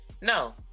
no